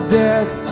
death